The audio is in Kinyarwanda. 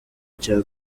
cya